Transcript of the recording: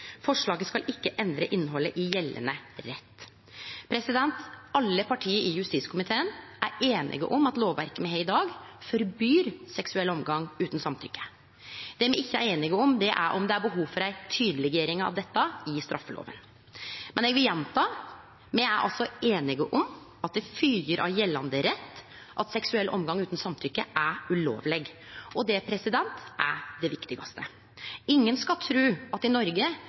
Forslaget skal ikke endre innholdet i gjeldende rett.» Alle partia i justiskomiteen er einige om at lovverket me har i dag, forbyr seksuell omgang utan samtykke. Det me ikkje er einige om, er om det er behov for ei tydeleggjering av dette i straffelova. Men eg vil gjenta at me er einige om at det fylgjer av gjeldande rett at seksuell omgang utan samtykke er ulovleg, og det er det viktigaste. Ingen skal tru at i Noreg